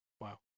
wow